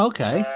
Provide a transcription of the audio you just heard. Okay